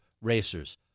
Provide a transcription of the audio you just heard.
racers